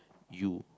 you